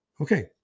okay